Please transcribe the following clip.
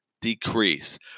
decrease